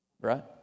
Right